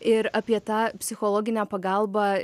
ir apie tą psichologinę pagalbą